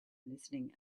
listening